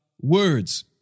words